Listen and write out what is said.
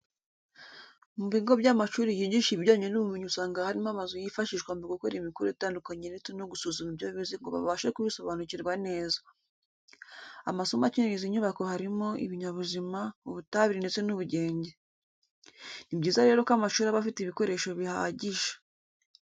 Mu bigo by'amashuri yigisha ibijyanye n'ubumenyi usanga harimo amazu yifashishwa mu gukora imikoro itandukanye ndetse no gusuzuma ibyo bize ngo babashe kubisobanukirwa neza. Amasomo akenera izi nyubako harimo: ibinyabuzima, ubutabire ndetse n'ubugenge. Ni byiza rero ko amashuri aba afite ibikoresho bihagije.